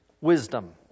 wisdom